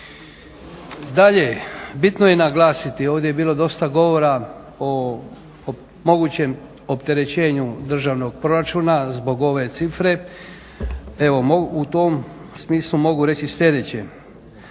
Dalje. Bitno je naglasiti, ovdje je bilo dosta govora o mogućem opterećenju državnog proračuna zbog ove cifre. U tom smislu mogu reći sljedeće.